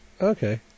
okay